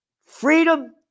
Freedom